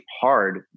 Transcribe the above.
hard